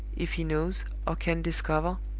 if he knows, or can discover,